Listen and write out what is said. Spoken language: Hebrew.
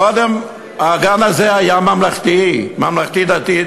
קודם הגן הזה היה ממלכתי, ממלכתי-דתי?